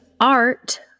Art